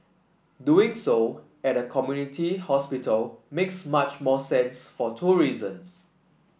doing so at a community hospital makes much more sense for two reasons